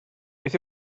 beth